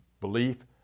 belief